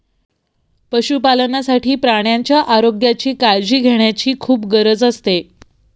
पशुपालनासाठी प्राण्यांच्या आरोग्याची काळजी घेण्याची खूप गरज असते